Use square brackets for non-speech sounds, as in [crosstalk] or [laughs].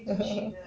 [laughs]